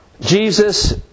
Jesus